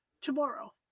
tomorrow